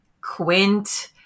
Quint